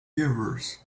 givers